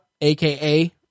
aka